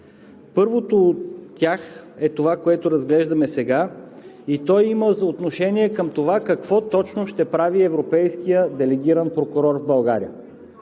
Първото от тях е това, което разглеждаме сега, и то има отношение към това какво точно ще прави европейският делегиран прокурор в България.